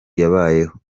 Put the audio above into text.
yabayeho